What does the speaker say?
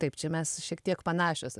taip čia mes šiek tiek panašios